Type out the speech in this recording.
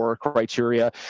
criteria